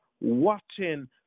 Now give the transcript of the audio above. watching